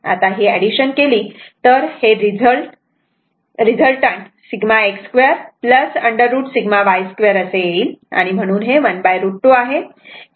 आता एडिशन केली जर हे रिझल्ट √ σx 2 √ y2 असे येईल